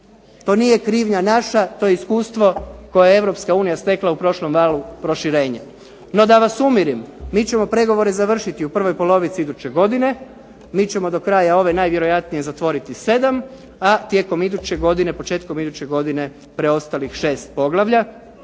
to nije krivnja naša, to je iskustvo koje je Europska stekla u prošlom valu proširenja. No da vas umirim, mi ćemo pregovore završiti u prvoj polovici iduće godine, mi ćemo do kraja ove najvjerojatnije zatvoriti 7, a tijekom iduće godine, početkom iduće godine preostalih 6 poglavlja,